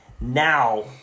Now